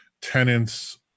tenants